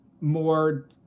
more